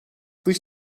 dış